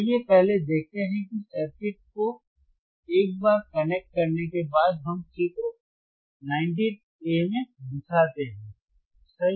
आइए पहले देखते हैं कि सर्किट को एक बार कनेक्ट करने के बाद हम चित्र 19a में दिखाते हैं सही